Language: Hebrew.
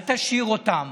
אל תשאיר אותם